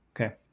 Okay